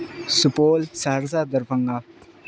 Supaul Saharsa Darbhanga